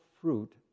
fruit